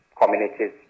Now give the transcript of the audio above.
communities